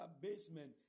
basement